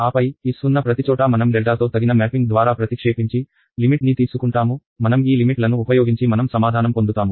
ఆపై s ఉన్న ప్రతిచోటా మనం డెల్టాతో తగిన మ్యాపింగ్ ద్వారా ప్రతిక్షేపించి లిమిట్ ని తీసుకుంటాము మనం ఈ లిమిట్ లను ఉపయోగించి మనం సమాధానం పొందుతాము